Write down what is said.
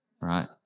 right